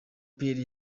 pierre